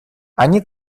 они